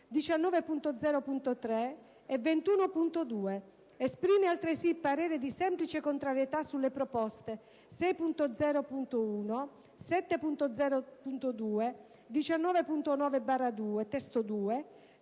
19.0.3 e 21.2. Esprime altresì parere di semplice contrarietà sulle proposte 6.0.1, 7.0.2, 19.9/2 (testo 2),